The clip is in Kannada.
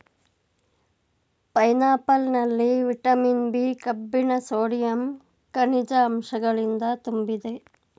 ಪೈನಾಪಲ್ ಹಣ್ಣಿನಲ್ಲಿ ವಿಟಮಿನ್ ಬಿ, ಕಬ್ಬಿಣ ಸೋಡಿಯಂ, ಕನಿಜ ಅಂಶಗಳಿಂದ ತುಂಬಿದೆ